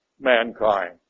mankind